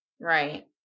Right